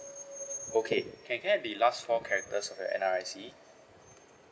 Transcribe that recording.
okay can I get the last four characters of your N_R_I_C